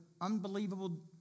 unbelievable